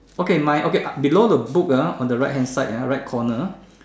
okay my okay below the book ah on the right hand side ah right corner